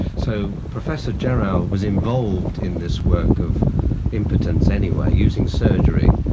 so professor gerow was involved in this work of impotence anyway using surgery.